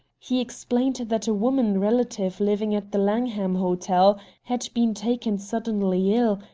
he explained that a woman relative living at the langham hotel had been taken suddenly ill,